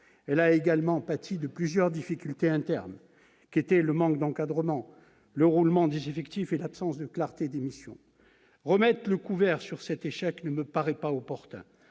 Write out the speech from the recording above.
a également pâti de plusieurs difficultés internes : le manque d'encadrement, le roulement des effectifs et l'absence de clarté des missions. Remettre le couvert sur cet échec ne me paraît pas opportun,